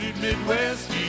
Midwest